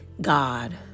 God